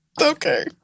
Okay